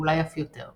ואולי אף יותר.